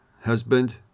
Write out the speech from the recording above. husband